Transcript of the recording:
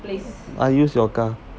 I use your car